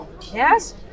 Yes